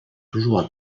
toujours